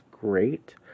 great